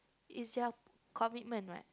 is their commitment what